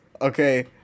Okay